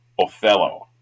Othello